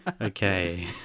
Okay